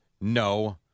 no